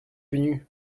venu